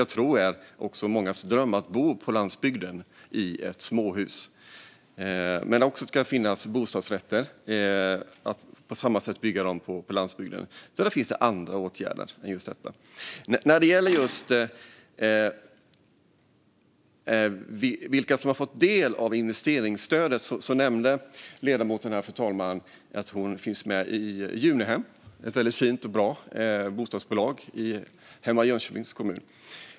Jag tror också att det är mångas dröm att bo på landsbygden i ett småhus. Men det ska också finnas bostadsrätter. De ska på samma sätt byggas på landsbygden. Sedan finns det andra åtgärder än just detta. När det gäller just vilka som har fått del av investeringsstödet nämnde ledamoten, fru talman, att hon finns med i Junehem. Det är ett väldigt fint och bra bostadsbolag hemma i Jönköpings kommun.